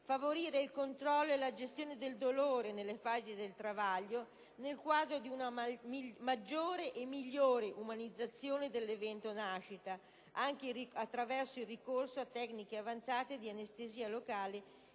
favorire il controllo e la gestione del dolore nelle fasi del travaglio, nel quadro di una maggiore e migliore umanizzazione dell'evento nascita, anche attraverso il ricorso a tecniche avanzate di anestesia locale